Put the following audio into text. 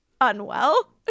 unwell